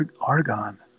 argon